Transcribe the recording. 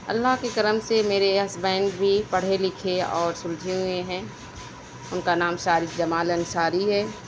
اللہ کے کرم سے میرے ہسبینڈ بھی پڑھے لکھے اور سلجھے ہوئے ہیں ان کا نام شارق جمال انصاری ہے